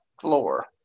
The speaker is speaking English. floor